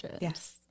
Yes